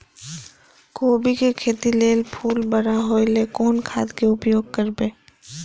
कोबी के खेती लेल फुल बड़ा होय ल कोन खाद के उपयोग करब?